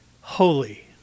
holy